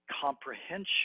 comprehension